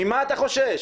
ממה אתה חושש,